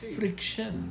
friction